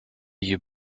you